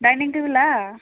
dining टेबोलआ